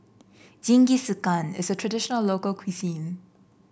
jingisukan is a traditional local cuisine